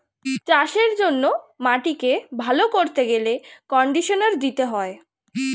চাষের জন্য মাটিকে ভালো করতে গেলে কন্ডিশনার দিতে হয়